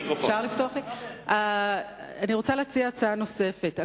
אני רוצה להציע הצעה נוספת.